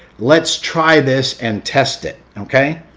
let's try this and test it. okay?